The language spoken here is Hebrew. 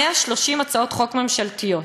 130 הצעות חוק ממשלתיות.